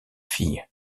fille